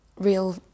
real